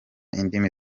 indimi